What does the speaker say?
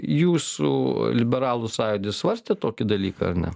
jūsų liberalų sąjūdis svarstė tokį dalyką ar ne